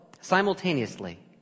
simultaneously